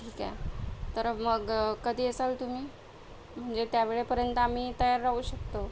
ठीक आहे तर मग कधी येसाल तुम्ही म्हंजे त्या वेळेपर्यंत आम्ही तयार राहू शकतो